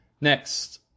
Next